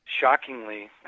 shockingly